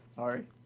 Sorry